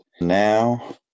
Now